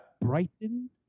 Brighton